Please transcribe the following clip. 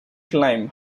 climb